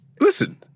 listen